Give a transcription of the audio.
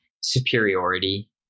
superiority